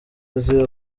azi